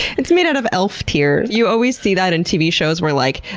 it's made out of elf tears. you always see that in tv shows where, like,